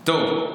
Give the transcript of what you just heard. טוב.